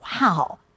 wow